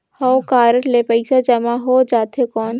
हव कारड ले पइसा जमा हो जाथे कौन?